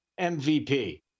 MVP